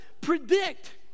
predict